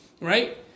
right